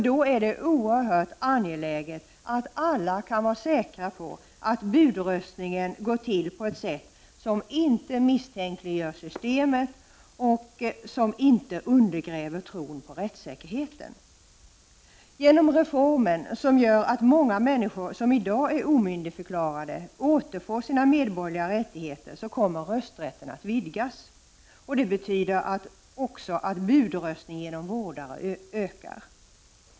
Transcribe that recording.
Det är då oerhört angeläget att alla kan var säkra på att budröstningen går till på ett sätt som inte misstänkliggör systemet eller undergräver tron på rättssäkerheten. Genom reformen som gör att många människor som i dag är omyndigförklarade återfår sina medborgerliga rättigheter kommer rösträtten att vidgas. Det betyder att budröstning genom vårdare ökar.